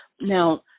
Now